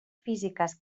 físiques